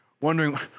wondering